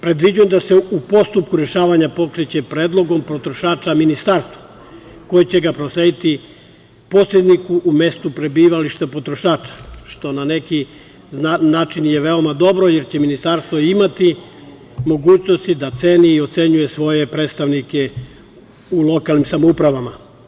Predviđeno je da se postupak rešavanja pokreće predlogom potrošača ministarstvu koje će ga proslediti posredniku u mestu prebivališta potrošača, što na neki način je veoma dobro, jer će Ministarstvo imati mogućnosti da ceni i ocenjuje svoje predstavnike u lokalnim samoupravama.